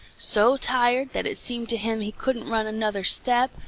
so tired that it seemed to him he couldn't run another step,